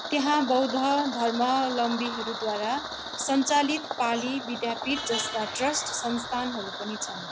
त्यहाँ बौद्ध धर्मावलम्बीहरूद्वारा सञ्चालित पाली विद्यापिठ जस्ता ट्रस्ट संस्थानहरू पनि छन्